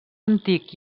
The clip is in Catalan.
antic